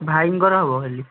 ଭାଇଙ୍କର ହେବ ଖାଲି